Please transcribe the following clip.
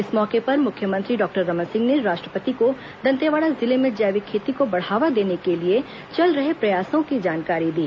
इस मौके पर मुख्यमंत्री डॉक्टर रमन सिंह ने राष्ट्रपति को दंतेवाड़ा जिले में जैविक खेती को बढ़ावा देने के लिए चल रहे प्रयासों की जानकारी दी